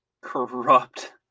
corrupt